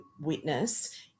Witness